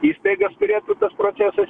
įstaigas turėtų tas procesas